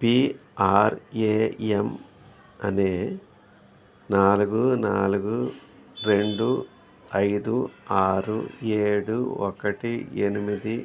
PRAM అనేది నాలుగు నాలుగు రెండు ఐదు ఆరు ఏడు ఒకటి ఎనిమిది